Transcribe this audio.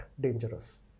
dangerous